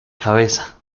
cabeza